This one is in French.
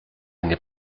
n’est